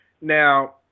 Now